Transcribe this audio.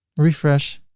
refresh,